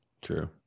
true